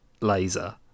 laser